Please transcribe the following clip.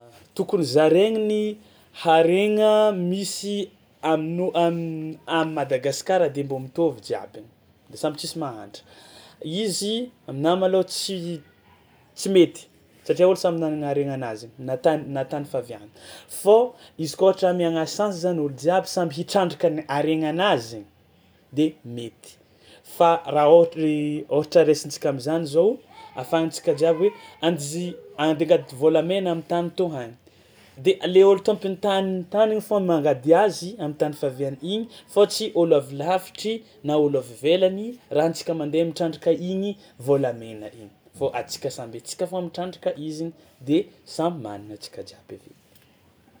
Tokony zaraigny ny haregna misy amin'ny o- am- à Madagasikara de mbô mitovy jiabiny de samy tsisy mahantra, izy aminahy malôha tsy tsy mety satria ôlo samy nanagna haregnanazy na tan- na tany fihaviagna fô izy kôa ohatra amiagna chance zany olo jiaby samby hitrandraka ny haregnanazy de mety fa raha ôhatra i ôhatra raisintsika am'zany zao ahafahantsika jiaby hoe anji- andeha hangady vôlamena am'tany tô hagny de le ôlo tômpon'ny tany tany igny fao mangady azy am'tany fihaviany igny fô tsy ôlo avy lavitry na ôlo avy ivelany raha antsika mandeha mitrandraka igny vôlamena igny fô antsika samby antsika fao mitrandraka izy iny de samy manana antsika jiaby avy eo.